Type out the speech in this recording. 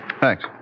Thanks